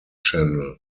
channel